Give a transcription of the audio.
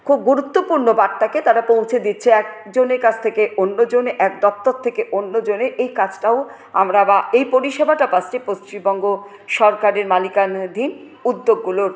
খুব গুরুত্বপূর্ণ বার্তাকে তারা পৌঁছে দিচ্ছে একজনের কাছ থেকে অন্যজনে এক দপ্তর থেকে অন্যজনে এই কাজটাও আমরা বা এই পরিষেবাটাও পাচ্ছি পশ্চিমবঙ্গ সরকারের মালিকানাধীন উদ্যোগগুলোর